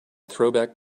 throwback